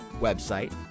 website